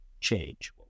change